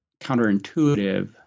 counterintuitive